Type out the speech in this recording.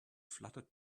fluttered